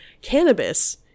Cannabis